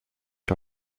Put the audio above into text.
sur